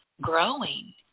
growing